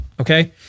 Okay